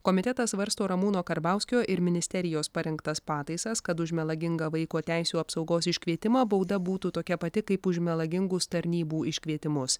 komitetas svarsto ramūno karbauskio ir ministerijos parengtas pataisas kad už melagingą vaiko teisių apsaugos iškvietimą bauda būtų tokia pati kaip už melagingus tarnybų iškvietimus